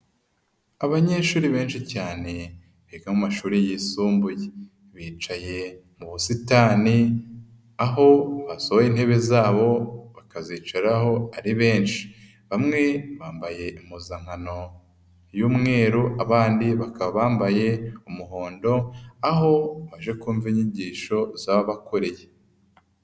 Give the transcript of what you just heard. Abanyeshuri benshi cyane biga amashuri yisumbuye, bicaye mu busitani aho basohoye intebe zabo bakazicaraho ari benshi, bamwe bambaye impuzankano y'umweru, abandi bakaba bambaye umuhondo, aho baje kumva inyigisho za ababakuriye.